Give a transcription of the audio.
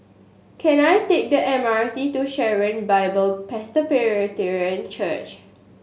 can I take the M R T to Sharon Bible Presbyterian Church